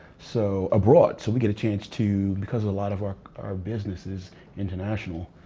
so, abroad, so we get a chance to, because a lot of our our business is international.